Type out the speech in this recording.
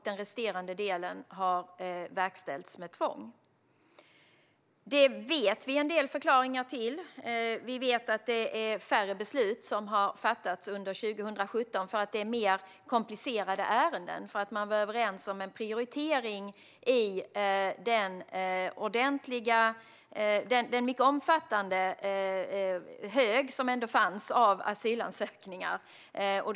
Den resterande delen har verkställts med tvång. Detta vet vi en del förklaringar till. Vi vet att färre beslut har fattats under 2017 för att det är mer komplicerade ärenden. Man var överens om en prioritering i fråga om den mycket omfattande hög av asylansökningar som fanns.